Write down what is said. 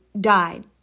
died